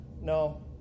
No